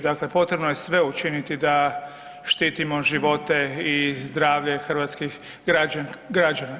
Dakle, potrebno je sve učiniti da štitimo živote i zdravlje hrvatskih građana.